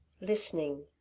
listening